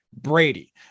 Brady